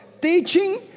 teaching